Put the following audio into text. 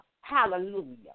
Hallelujah